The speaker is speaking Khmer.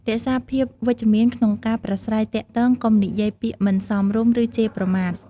រក្សាភាពវិជ្ជមានក្នុងការប្រាស្រ័យទាក់ទងកុំនិយាយពាក្យមិនសមរម្យ ឬជេរប្រមាថ។